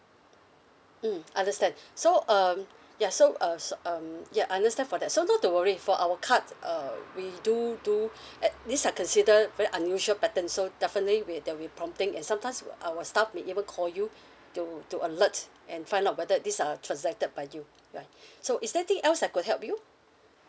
mm understand so um ya so uh s~ um ya I understand for that so not to worry for our card uh we do do uh these are consider very unusual patterns so definitely we there will be prompting and sometimes uh our staff may even call you to to alert and find out whether these are transacted by you ya so is there anything else I could help you